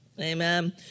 Amen